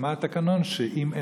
מה התקנון?